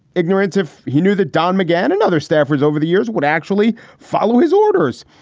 ignorance, if he knew that don mcgann and other staffers over the years would actually follow his orders.